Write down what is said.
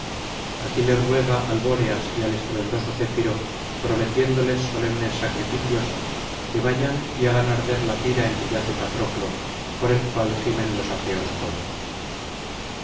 sacrificios aquiles ruega al bóreas y al estruendoso céfiro prometiéndoles solemnes sacrificios que vayan y hagan arder la pira en que yace patroclo por el cual gimen los aqueos todos